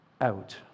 out